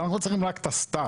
אנחנו צריכים רק את ה-start.